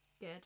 Good